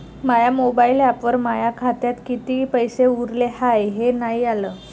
माया mobile ॲपवर माया खात्यात किती पैसे उरले हाय हे नाही आलं